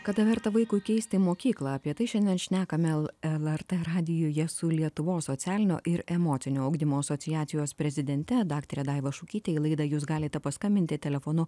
kada verta vaikui keisti mokyklą apie tai šiandien šnekame lrt radijuje su lietuvos socialinio ir emocinio ugdymo asociacijos prezidente daktare daiva šukyte į laidą jūs galite paskambinti telefonu